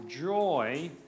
joy